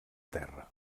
terra